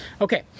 Okay